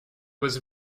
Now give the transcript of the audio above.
was